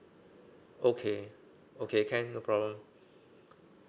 okay okay can no problem